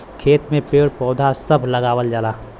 खेत में पेड़ पौधा सभ लगावल जाला